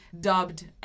dubbed